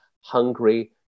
hungry